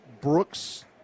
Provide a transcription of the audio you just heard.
Brooks